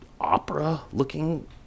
opera-looking